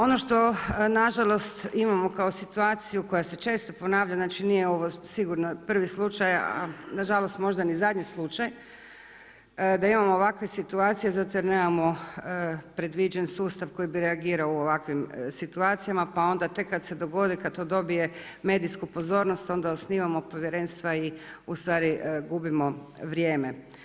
Ono što nažalost imamo kao situaciju koja se često ponavlja, znači nije ovo sigurno prvi slučaj, a nažalost možda ni zadnji slučaj da imamo ovakve situacije zato jer nemamo predviđen sustav koji bi reagirao u ovakvim situacija, pa onda tek kada se dogodi kada to dobije medijsku pozornost onda osnivamo povjerenstva i ustvari gubimo vrijeme.